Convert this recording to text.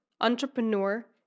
entrepreneur